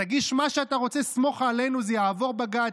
תגיש מה שאתה רוצה, סמוך עלינו, זה יעבור בג"ץ.